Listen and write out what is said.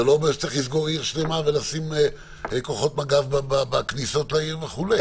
זה לא אומר שצריך לסגור עיר שלמה ולשים כוחות מג"ב בכניסות לעיר וכו'.